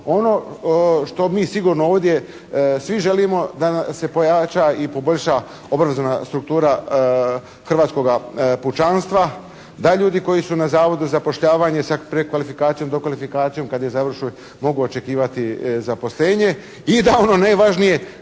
ono što mi sigurno ovdje svi želimo da nam se pojača i poboljša obrazovna struktura hrvatskoga pučanstva, da ljudi koji su na Zavodu za zapošljavanje sa prekvalifikacijom, dokvalifikacijom kad je završe da mogu očekivati zaposlenje. I da ono najvažnije